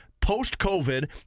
post-COVID